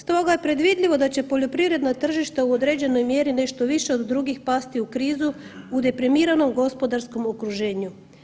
Stoga je predvidljivo da će poljoprivredna tržišta u određenoj mjeri nešto više od drugih pasti u krizu u deprimiranom gospodarskom okruženju.